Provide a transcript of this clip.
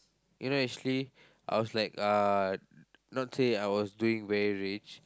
you know actually I was like uh not say I was doing very rich